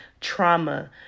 trauma